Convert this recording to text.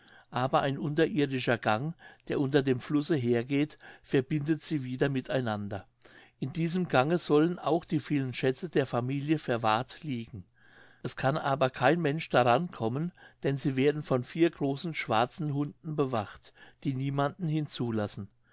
aber ein unterirdischer gang der unter dem flusse hergeht verbindet sie wieder mit einander in diesem gange sollen auch die vielen schätze der familie verwahrt liegen es kann aber kein mensch daran kommen denn sie werden von vier großen schwarzen hunden bewacht die niemanden